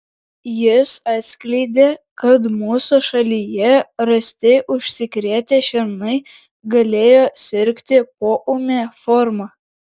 jis atskleidė kad mūsų šalyje rasti užsikrėtę šernai galėjo sirgti poūme forma